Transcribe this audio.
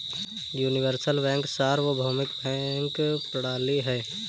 universal bank सार्वभौमिक bank प्रणाली है